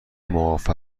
معاف